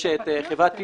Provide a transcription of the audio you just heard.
יש את חברת "ורסייט"